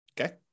Okay